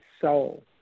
soul